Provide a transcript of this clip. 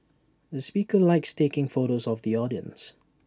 the speaker likes taking photos of the audience